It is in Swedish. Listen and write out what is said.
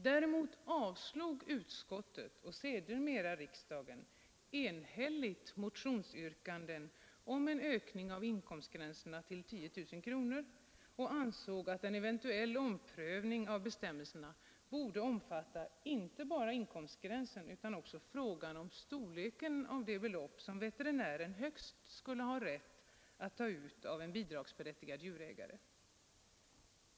Däremot avstyrkte utskottet och avslog sedermera riksdagen enhälligt motionsyrkanden om en höjning av inkomstgränsen till 10 000 kronor. Man ansåg att en eventuell omprövning av bestämmelserna borde omfatta inte bara inkomstgränsen utan också storleken av det belopp som veterinären högst skulle ha rätt att ta ut av en bidragsberättigad djurägare.